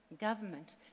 government